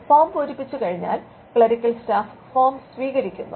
form പൂരിപ്പിച്ചുകഴിഞ്ഞാൽ clerical staff form സ്വീകരിക്കുന്നു